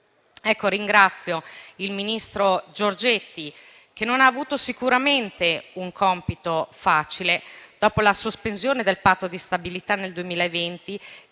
Ringrazio il ministro Giorgetti, che non ha avuto sicuramente un compito facile, dopo la sospensione del Patto di stabilità nel 2020